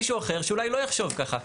מישהו אחר, שאולי לא יחשוב ככה.